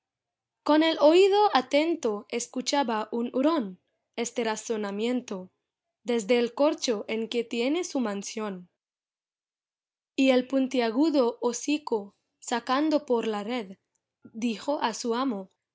con el oído atento escuchaba un hurón este razonamiento desde el corcho en que tiene su mansión y el puntiagudo hocico sacando por la red dijo a su amo